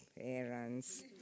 parents